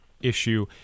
issue